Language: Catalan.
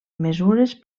mesures